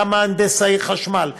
כמה הנדסאי חשמל,